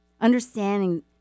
understanding